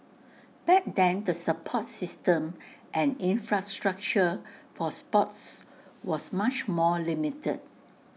back then the support system and infrastructure for sports was much more limited